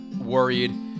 worried